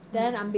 mm